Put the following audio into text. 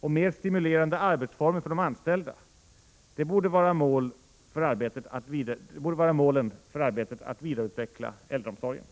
och mer stimulerande arbetsformer för de anställda — det borde vara målen för arbetet att vidareutveckla äldreomsorgen.